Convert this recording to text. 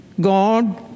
God